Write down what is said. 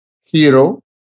hero